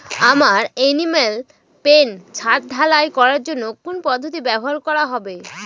আমার animal pen ছাদ ঢালাই করার জন্য কোন পদ্ধতিটি ব্যবহার করা হবে?